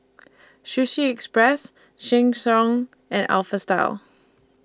Sushi Express Sheng Siong and Alpha Style